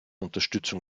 unterstützung